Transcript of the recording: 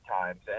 times